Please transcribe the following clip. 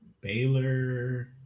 Baylor